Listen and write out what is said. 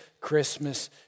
Christmas